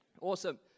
Awesome